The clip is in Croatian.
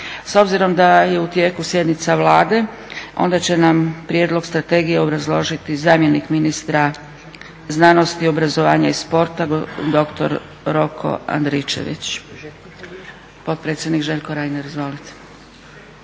S obzirom da je u tijeku sjednica Vlade onda će nam Prijedlog Strategije obrazložiti zamjenik ministra znanosti, obrazovanja i sporta dr. Roko Andričević. Potpredsjednik Željko Reiner izvolite.